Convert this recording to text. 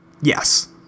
Yes